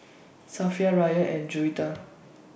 Safiya Ryan and Juwita